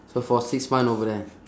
so for six month over there